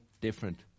different